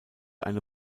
eine